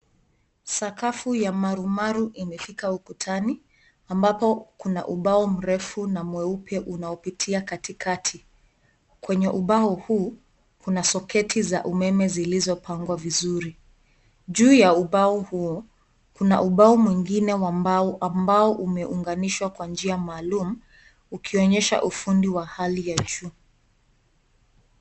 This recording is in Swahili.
Sakafu ya marumaru imefika ukutani ambapo kuna ubao mrefu na mweupe unaopitia katikati. Kwenye ubao huu kuna soketi za umeme zilizopangwa vizuri ,juu ya ubao huo kuna ubao mwingine wa mbao ambao imeunganishwa Kwa njia maalum ukionyesha ufundo wa hali ya juu.